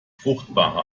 fruchtbare